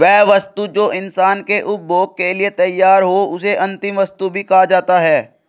वह वस्तु जो इंसान के उपभोग के लिए तैयार हो उसे अंतिम वस्तु भी कहा जाता है